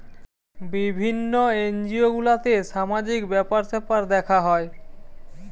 বিভিন্ন এনজিও গুলাতে সামাজিক ব্যাপার স্যাপার দেখা হয়